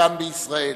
כאן בישראל.